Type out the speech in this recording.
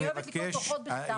אני אוהבת לקרוא דוחות בכתב.